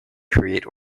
create